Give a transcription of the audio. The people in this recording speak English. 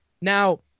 Now